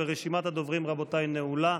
רשימת הדוברים, רבותיי, נעולה.